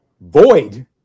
void